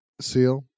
seal